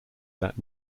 that